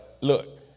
Look